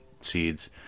seeds